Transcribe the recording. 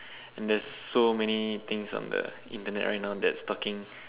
and there's so many things on the Internet right now that's talking